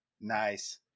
Nice